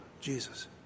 Jesus